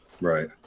Right